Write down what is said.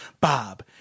Bob